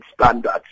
standards